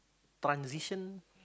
transition